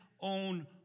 own